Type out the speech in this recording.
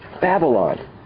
Babylon